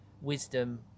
wisdom